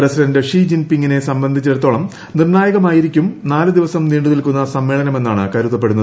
president Xi ജിൻ പിങിനെ സംബന്ധിച്ചിടത്തോളം നിർണ്ണായകമായിരിക്കും നാല് ദിവസം നീണ്ട് നിൽക്കുന്ന സമ്മേളനമെന്നാണ് കരുതപ്പെടുന്നത്